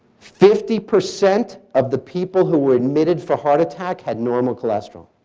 fifty percent of the people who were admitted for heart attack had normal cholesterol.